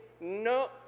no